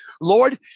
Lord